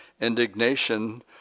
Indignation